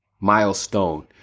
milestone